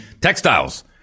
textiles